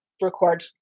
record